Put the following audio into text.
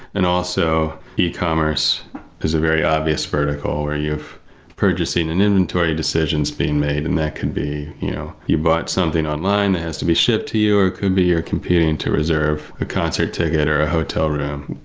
and also, ecommerce is a very obvious vertical, where you have purchasing and inventory decisions being made, and that can be you know you bought something online that has to be shipped to you or could be your competing to reserve, a concert ticket or a hotel room,